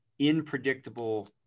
unpredictable